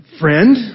friend